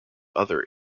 other